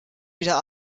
wieder